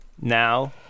Now